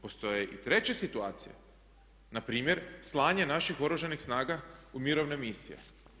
Postoje i treće situacije, na primjer slanje naših Oružanih snaga u mirovne misije.